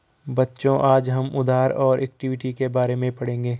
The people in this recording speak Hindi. बच्चों आज हम उधार और इक्विटी के बारे में पढ़ेंगे